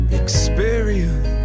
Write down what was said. experience